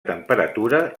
temperatura